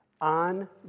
on